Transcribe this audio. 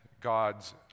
God's